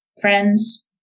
Friends